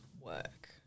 work